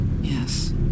Yes